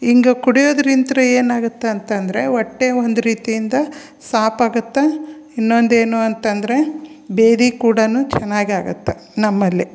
ಹಿಂಗ ಕುಡಿಯೋದ್ರಿಂತ ಏನಾಗತ್ತೆ ಅಂತಂದರೆ ಹೊಟ್ಟೆ ಒಂದು ರೀತಿಯಿಂದ ಸಾಪ್ ಆಗತ್ತೆ ಇನ್ನೊಂದು ಏನು ಅಂತ ಅಂದರೆ ಬೇಧಿ ಕೂಡ ಚೆನ್ನಾಗಿ ಆಗತ್ತೆ ನಮ್ಮಲ್ಲಿ